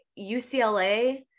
UCLA